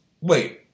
wait